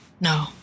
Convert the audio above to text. No